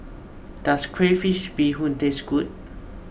does Crayfish BeeHoon taste good